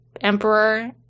emperor